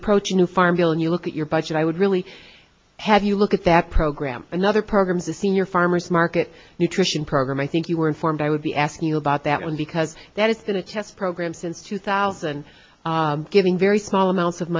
approach a new farm bill and you look at your budget i would really have you look at that program another program the senior farmer's market nutrition program i think you were informed i would be asking you about that one because that it's been a test program since two thousand giving very small amounts of